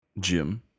Jim